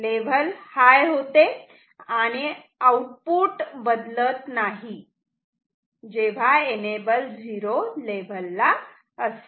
level high होते आणि output बदलत नाही जेव्हा एनेबल 0 लेव्हल ला असते